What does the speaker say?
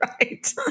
Right